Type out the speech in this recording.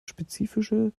spezifische